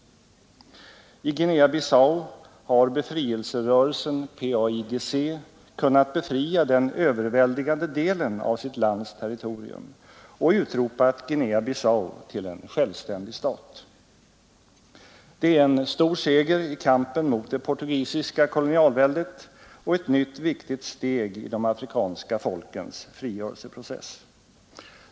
I Guinea-Bissau har befrielserörelsen PAIGC kunnat befria den överväldigande delen av sitt lands territorium och utropat Guinea-Bissau till en självständig stat. Det är en stor seger i kampen mot det portugisiska kolonialväldet och ett nytt viktigt steg i de afrikanska folkens frigörelseprocess.